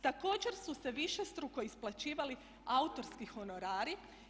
Također su se višestruko isplaćivali autorski honorari.